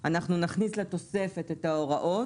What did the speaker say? אנחנו נכניס לתוספת את ההוראות.